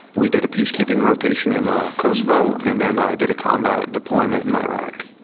we did a peace-keeping rotation in kosovo and then i did a combat deployment in iraq.